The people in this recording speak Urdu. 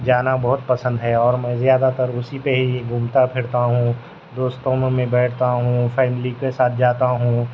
جانا بہت پسند ہے اور میں زیادہ تر اسی پہ ہی گھومتا پھرتا ہوں دوستوں میں میں بیٹھتا ہوں فیملی کے ساتھ جاتا ہوں